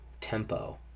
Tempo